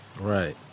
Right